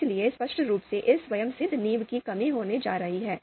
इसलिए स्पष्ट रूप से इस स्वयंसिद्ध नींव की कमी होने जा रही है